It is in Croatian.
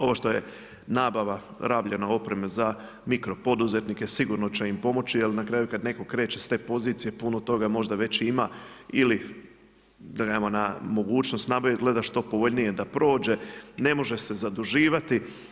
Ovo što je nabava rabljene opreme za mikro poduzetnike sigurno će im pomoći jer na kraju kad netko kreće s te pozicije puno toga možda već i ima ili da kažemo na mogućnost nabave, gleda da što povoljnije da prođe, ne može se zaduživati.